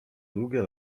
długie